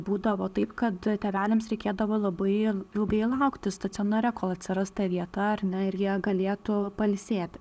būdavo taip kad tėveliams reikėdavo labai ilgai laukti stacionare kol atsiras ta vieta ar ne ir jie galėtų pailsėti